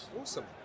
Awesome